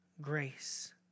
grace